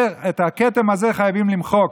את הכתם הזה חייבים למחוק.